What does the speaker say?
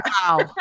Wow